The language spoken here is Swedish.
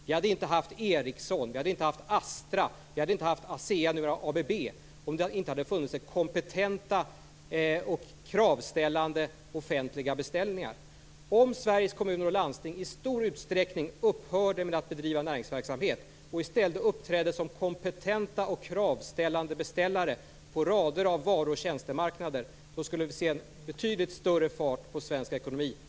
Vi hade inte haft Ericsson, Astra eller ASEA, numera ABB, om det inte hade funnits kompetenta och kravställande offentliga beställare. Om Sveriges kommuner och landsting i stor utsträckning upphörde med att bedriva näringsverksamhet och i stället uppträdde som kompetenta och kravställande beställare på rader av varu och tjänstemarknader skulle vi se en betydligt större fart på svensk ekonomi.